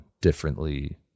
differently